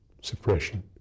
suppression